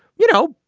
you know.